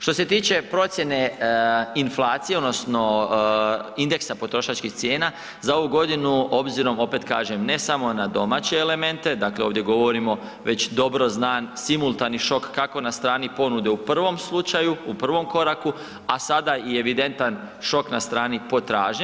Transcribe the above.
Što se tiče procjene inflacije odnosno indeksa potrošačkih cijena za ovu godinu obzirom opet kažem, ne samo na domaće elemente, dakle ovdje govorimo već dobro znan simultani šok kako na strani ponude u prvom slučaju u prvom koraku, a sada i evidentan šok na strani potražnje.